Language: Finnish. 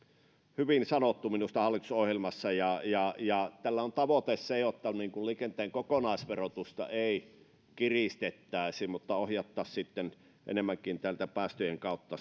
hyvin sanottu hallitusohjelmassa tällä on tavoitteena se että liikenteen kokonaisverotusta ei kiristettäisi mutta ohjattaisiin sitten enemmänkin täältä päästöjen kautta